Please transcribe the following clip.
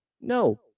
No